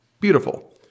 Beautiful